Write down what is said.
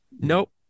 nope